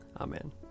Amen